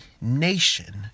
nation